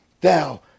thou